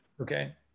Okay